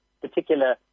particular